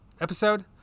episode